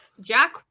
Jack